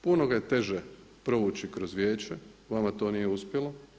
Puno ga je teže provući kroz Vijeće, vama to nije uspjelo.